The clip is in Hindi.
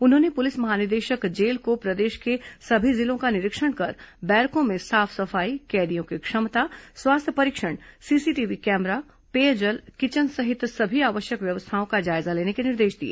उन्होंने पुलिस महानिदेशक जेल को प्रदेश के सभी जेलों का निरीक्षण कर बैरकों में साफ सफाई कैदियों की क्षमता स्वास्थ्य परीक्षण सीसीटीवी कैमरा पेयजल किचन सहित सभी आवश्यक व्यवस्थाओं का जायजा लेने के निर्देश दिए